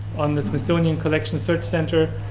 on the smithsonian collection search center.